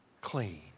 clean